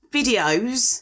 Videos